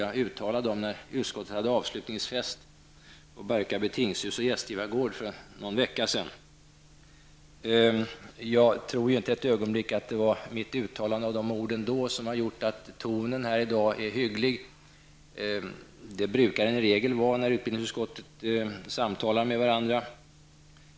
Jag uttalade dem när utskottet hade avslutningsfest på Barkarby tingshus och gästgivaregård för någon vecka sedan. Jag tror ju inte ett ögonblick att det var mitt uttalande av de orden då som har gjort att tonen här i dag är hygglig. Det är den i regel när utbildningsutskottets ledamöter samtalar med varandra.